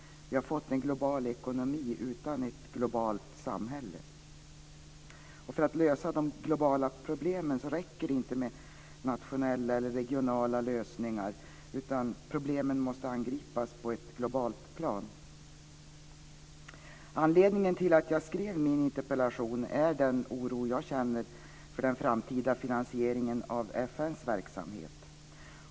Vi har fått en global ekonomi utan ett globalt samhälle. För att lösa de globala problemen så räcker det inte med nationella eller regionala lösningar, utan problemen måste angripas på ett globalt plan. Anledningen till att jag skrev min interpellation är den oro jag känner för den framtida finansieringen av FN:s verksamhet.